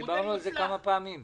דיברנו עליו כמה פעמים.